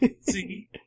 See